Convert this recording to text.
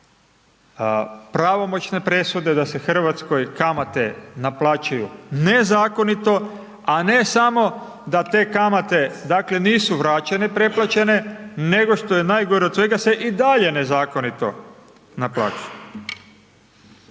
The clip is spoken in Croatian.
pravomoćne presude, da se Hrvatskoj, kamate naplaćuju nezakonito, a ne samo da te kamate dakle, nisu vraćene preplaćene, nego što je najgore od svega se i dalje nezakonito naplaćuju.